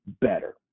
better